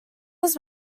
was